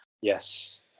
Yes